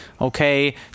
Okay